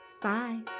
Bye